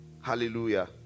hallelujah